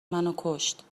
منوکشت